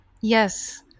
Yes